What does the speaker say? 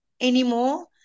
anymore